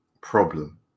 problem